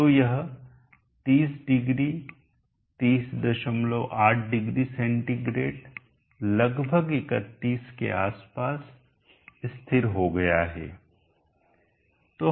तो यह 300 3080C लगभग 31 के आसपास स्थिर हो गया है